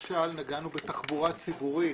למשל נגענו בתחבורה ציבורית